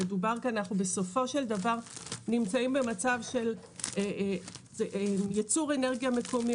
אנחנו נמצאים במצב של ייצור אנרגיה מקומי,